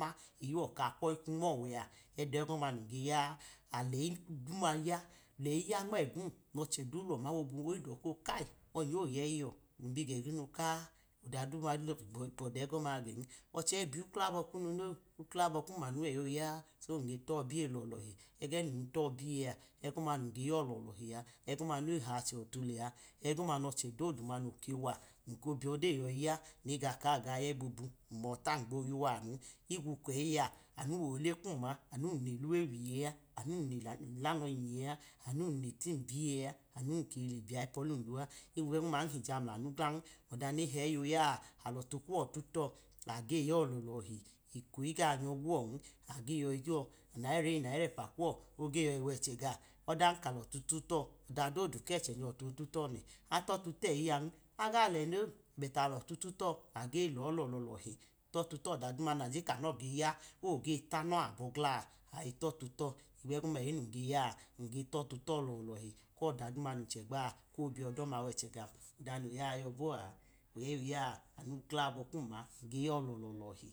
ma, eyi yọ ka kwoyi kwu nmọwẹa edẹ ọgọma mun geyaa. Aleyiknu doma ya, aleyi ya nmegum nọchẹ du lọma bobu nnjidọ ko kai! Ọnye oyeyi yọ lum bi gegumu ka, ọda duma bọda egoma gem, ọchẹ ibiyuklabọ kunu noni, uklabọ kum anu weyi oya a, so nge tọbiye lọlọhi egẹ num ge tọbiye a egọma num ge yọ lo̱lọhi a, egọma noye hache ọtu lẹa, egọma nọchẹ dodu kewa nko biyodeyo yoyi ya, nega kaga yeyi bobu n-mọta ngbo yiwa anu, higbo keyi a anu nule lano onyiye, anu le tim biye a, anu ke le biyayipolan dua, higbo egoma nhija mlanu glan, ọda ne hẹyi oya alọtu kuwọ tutọ, age yọ lo̱lọlọhi eko iga nyọ gwọn, age yoyi jọ nayira e nayira epa kuwọ oge yoyi wẹchẹ ga ọdan ka lọti tutọ, ọda dodu kẹche nya ọte olutọ nẹ, atọtu teyi a aga le non, beti alotu tutọ age lọ lọlọhi tọtu tọda duma nanọ geya noge tano̱ abọ gla’a tọtu tọ, higbo egoma ẹyi num geyaa, nge tọtu to lọlọhi, kọda duma num chegbna kobiyọdọma wẹchẹ gam ọda noya yẹ bọ a, ẹyi oya nu muklabọ kum, ng, yọ lololoti.